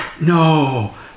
no